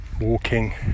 walking